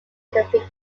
victim